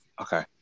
Okay